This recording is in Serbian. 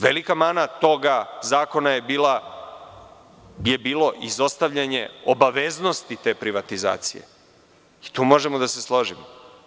Velika mana toga zakona je bilo izostavljanje obaveznosti te privatizacije i tu možemo da se složimo.